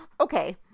okay